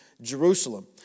Jerusalem